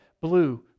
blue